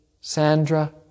Sandra